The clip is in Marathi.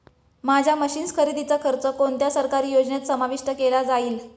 माझ्या मशीन्स खरेदीचा खर्च कोणत्या सरकारी योजनेत समाविष्ट केला जाईल?